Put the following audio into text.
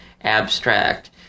abstract